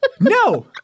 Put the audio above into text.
No